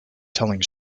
telling